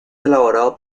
elaborado